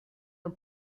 our